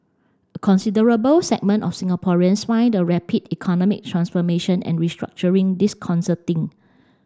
a considerable segment of Singaporeans find the rapid economic transformation and restructuring disconcerting